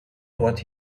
what